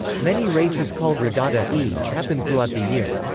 many races called regata e happen throughought the year.